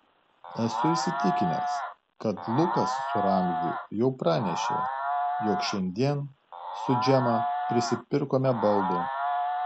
esu įsitikinęs kad lukas su ramziu jau pranešė jog šiandien su džema prisipirkome baldų